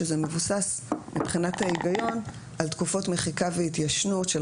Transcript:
שזה מבוסס מבחינת ההיגיון על תקופות מחיקה והתיישנות של